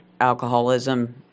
alcoholism